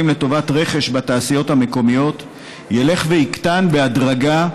לטובת רכש בתעשיות המקומיות ילך ויקטן בהדרגה,